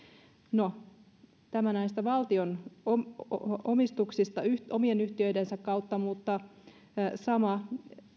no tämä näistä valtion omistuksista omien yhtiöidensä kautta mutta sama